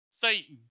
Satan